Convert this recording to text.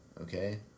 Okay